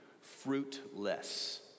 fruitless